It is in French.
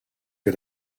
que